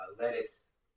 lettuce